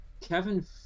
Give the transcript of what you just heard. Kevin